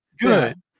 good